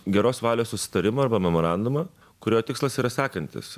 geros valios susitarimą arba memorandumą kurio tikslas yra sekantis